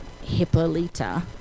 Hippolyta